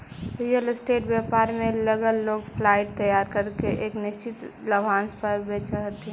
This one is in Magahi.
रियल स्टेट व्यापार में लगल लोग फ्लाइट तैयार करके एक निश्चित लाभांश पर बेचऽ हथी